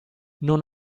non